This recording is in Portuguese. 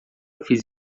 fiz